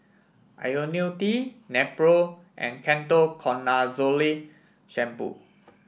IoniL T Nepro and Ketoconazole Shampoo